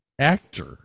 actor